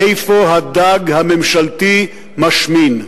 מאיפה הדג הממשלתי משמין.